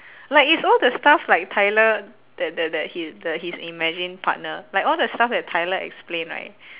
like it's all the stuff like tyler that that that he the his imagined partner like all the stuff that tyler explain right